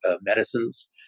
medicines